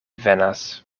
venas